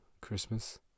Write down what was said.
Christmas